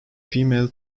female